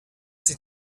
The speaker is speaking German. sie